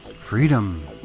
Freedom